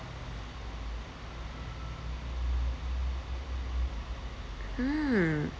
mm